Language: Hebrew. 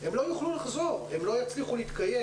הם לא יצליחו להתקיים.